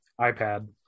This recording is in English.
ipad